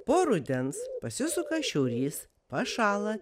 po rudens pasisuka šiaurys pašąla